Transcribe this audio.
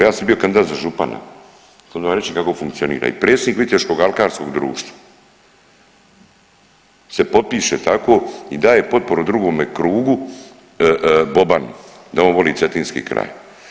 Ja sam bio kandidat za župana, sad ću vam reći kako funkcionira i predsjednik Viteškog alkarskog društva se potpiše tako i daje potporu drugome krugu Bobanu da on voli cetinski kraj.